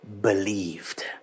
believed